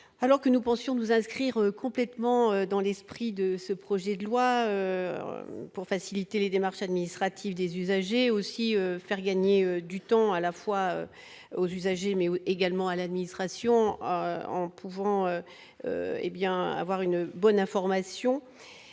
alors que nous pensions nous inscrire complètement dans l'esprit de ce projet de loi pour faciliter les démarches administratives des usagers aussi faire gagner du temps, à la fois aux usagers, mais également à l'administration en pouvant hé bien avoir une bonne information